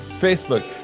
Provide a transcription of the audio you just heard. facebook